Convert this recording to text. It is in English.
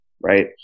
Right